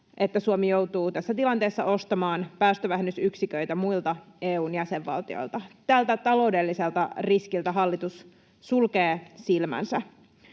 että Suomi joutuu tässä tilanteessa ostamaan päästövähennysyksiköitä muilta EU:n jäsenvaltioilta. Tältä taloudelliselta riskiltä hallitus sulkee silmänsä.